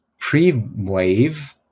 Pre-Wave